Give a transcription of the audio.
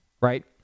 right